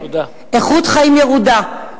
איכות חיים ירודה,